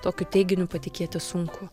tokiu teiginiu patikėti sunku